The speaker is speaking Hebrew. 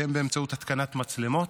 באמצעות התקנת מצלמות,